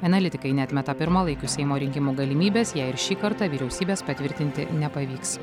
analitikai neatmeta pirmalaikių seimo rinkimų galimybės jei ir šį kartą vyriausybės patvirtinti nepavyks